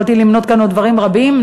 יכולתי למנות כאן עוד דברים רבים.